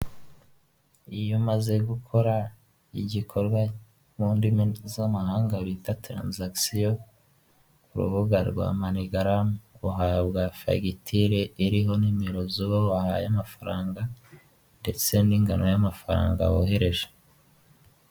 Ni akazu ka emutiyene k'umuhondo, kariho ibyapa byinshi mu bijyanye na serivisi zose za emutiyene, mo imbere harimo umukobwa, ubona ko ari kuganira n'umugabo uje kumwaka serivisi.